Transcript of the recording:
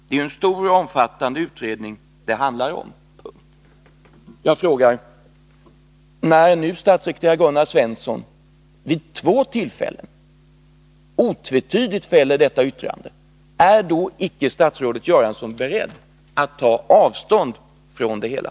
Det är ju en stor och omfattande utredning det handlar om.” Jag frågar: När nu statssekreterare Gunnar Svensson vid två tillfällen otvetydigt har yttrat sig så, är statsrådet Göransson då icke beredd att ta avstånd från detta?